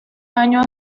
año